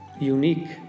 Unique